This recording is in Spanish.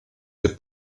que